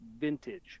vintage